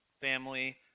family